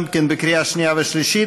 גם כן בקריאה שנייה ושלישית,